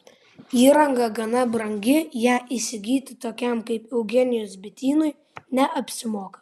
įranga gana brangi ją įsigyti tokiam kaip eugenijaus bitynui neapsimoka